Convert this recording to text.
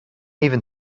even